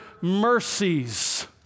mercies